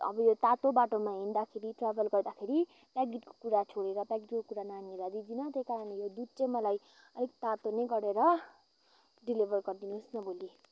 अब यो तातो बाटोमा हिँड्दाखेरि ट्राभल गर्दाखेरि प्याकेटको कुरा छोडेर प्याकेटको कुरा नानीहरूलाई दिदिनँ त्यही कारणले यो दुध चाहिँ मलाई अलिक तातो नै गरेर डेलिभर गरिदिनुहोस् न भोलि